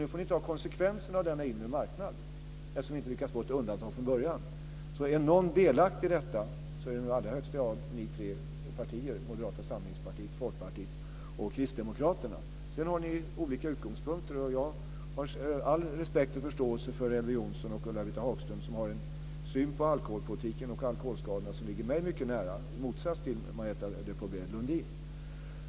Nu får ni ta konsekvenserna av denna inre marknad, eftersom vi inte lyckades få ett undantag från början. Om någon är delaktig i detta, är det i allra högsta grad de tre partierna Sedan har ni olika utgångspunkter. Jag har all respekt och förståelse för Elver Jonsson och Ulla-Britt Hagström som har en syn på alkoholpolitiken och alkoholskadorna som ligger mig mycket nära i motsats till Marietta de Pourbaix-Lundin.